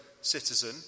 citizen